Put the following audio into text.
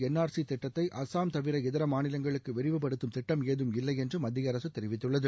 என் R C திட்டத்தை அசாம் தவிர இதர மாநிலங்களுக்கு விரிவுப்படுத்தும் திட்டம் ஏதும் இல்லை என்று மத்திய அரசு தெரிவித்துள்ளது